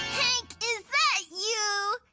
hank, is that you?